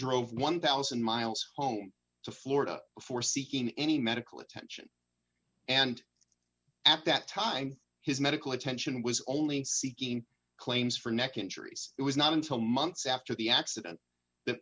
drove one thousand miles home to florida before seeking any medical attention and at that time his medical attention was only seeking claims for neck injuries it was not until months after the accident th